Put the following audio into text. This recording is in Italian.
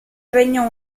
regno